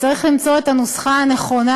וצריך למצוא את הנוסחה הנכונה,